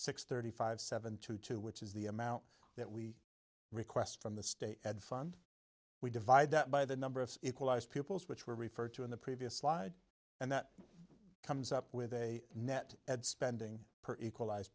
six thirty five seven to two which is the amount that we request from the state and fund we divide that by the number of equalize peoples which were referred to in the previous slide and that comes up with a net ad spending per equalize